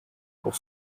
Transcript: pour